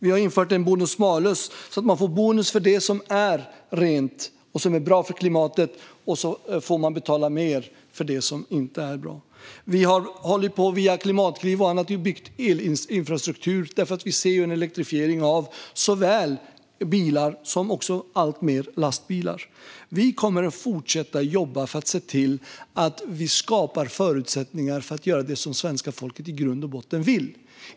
Vi har infört en bonus-malus så att man får bonus för det som är rent och bra för klimatet och får betala mer för det som inte är bra. Vi har via Klimatklivet och annat byggt elinfrastruktur för att vi ser en elektrifiering av såväl bilar som lastbilar. Vi kommer att fortsätta att skapa förutsättningar för att göra det som svenska folket i grund och botten vill.